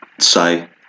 say